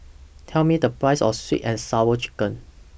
Tell Me The Price of Sweet and Sour Chicken